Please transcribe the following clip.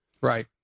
right